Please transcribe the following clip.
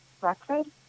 breakfast